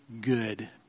good